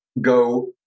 go